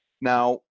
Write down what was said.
Now